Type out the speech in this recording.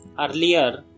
Earlier